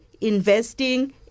investing